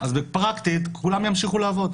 פרקטית כולם ימשיכו לעבוד.